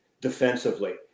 defensively